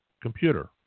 computer